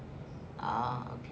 ah okay